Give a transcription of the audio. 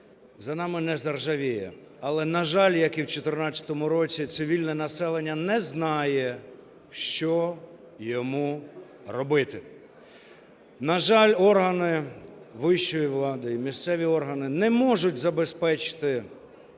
За нами не заржавіє. Але, на жаль, як і в 2014 році, цивільне населення не знає, що йому робити. На жаль, органи вищої влади і місцеві органи не можуть забезпечити